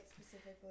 specifically